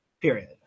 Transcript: period